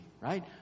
right